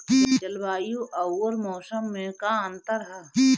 जलवायु अउर मौसम में का अंतर ह?